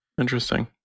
Interesting